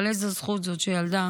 אבל איזו זכות זאת שילדה